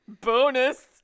Bonus